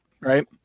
right